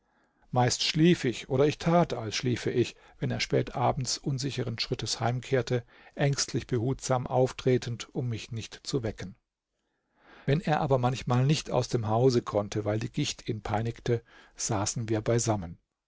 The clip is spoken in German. meist schlief ich oder ich tat als schliefe ich wenn er spät abends unsicheren schrittes heimkehrte ängstlich behutsam auftretend um mich nicht zu wecken wenn er aber manchmal nicht aus dem hause konnte weil die gicht ihn peinigte saßen wir beisammen